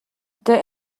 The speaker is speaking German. der